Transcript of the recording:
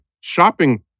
shopping